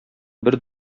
бер